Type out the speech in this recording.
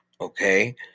okay